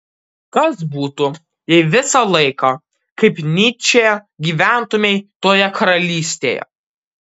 kas būtų jei visą laiką kaip nyčė gyventumei toje karalystėje